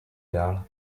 dál